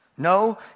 No